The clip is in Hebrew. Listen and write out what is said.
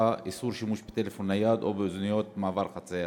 (איסור שימוש בטלפון נייד או באוזניות במעבר חציה).